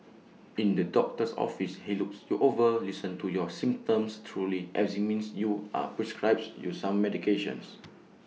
in the doctor's office he looks you over listens to your symptoms examines you are prescribes you some medications